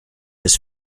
his